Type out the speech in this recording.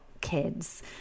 kids